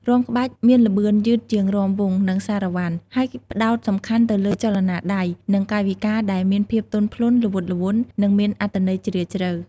រាំក្បាច់មានល្បឿនយឺតជាងរាំវង់ និងសារ៉ាវ៉ាន់ ហើយផ្តោតសំខាន់ទៅលើចលនាដៃ និងកាយវិការដែលមានភាពទន់ភ្លន់ ល្វត់ល្វន់ និងមានអត្ថន័យជ្រាលជ្រៅ។